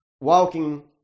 walking